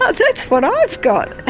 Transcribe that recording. ah that's what i've got.